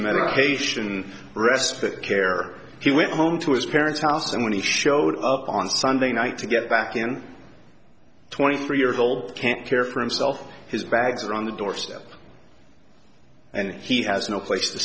medication respite care he went home to his parents house and when he showed up on sunday night to get back in twenty three years old can't care for himself his bags are on the door step and he has no place to